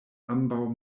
ambaŭ